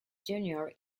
junior